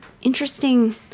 interesting